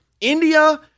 India